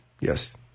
Yes